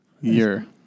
year